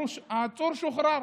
העצור שוחרר